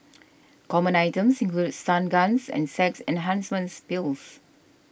common items included stun guns and sex enhancements pills